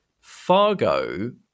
Fargo